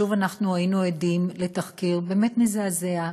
שוב אנחנו עדים לתחקיר באמת מזעזע,